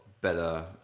better